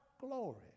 glory